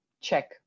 check